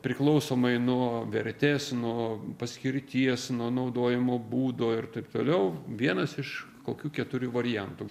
priklausomai nuo vertės nuo paskirties nuo naudojimo būdo ir taip toliau vienas iš kokių keturių variantų